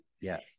Yes